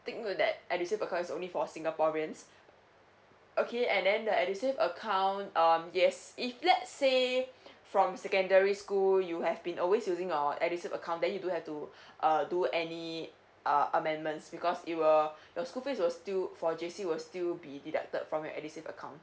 take note that edusave account is only for singaporeans okay and then the edusave account um yes if let's say from secondary school you have been always using your edusave account then you don't have to err do any uh amendments because it will your school fees will still for J_C will still be deducted from your edusave account